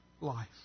Life